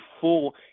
full